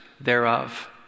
thereof